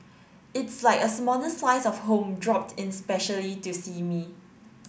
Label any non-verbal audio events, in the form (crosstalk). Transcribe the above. it's like a small (unintelligible) slice of home dropped in specially to see me